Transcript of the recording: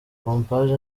pompaje